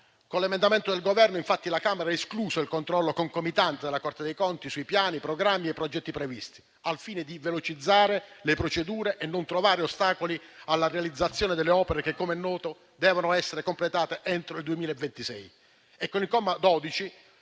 Con l'emendamento del Governo, infatti, la Camera ha escluso il controllo concomitante della Corte dei conti su piani, programmi e progetti previsti, al fine di velocizzare le procedure e non trovare ostacoli alla realizzazione delle opere che - come è noto - devono essere completate entro il 2026.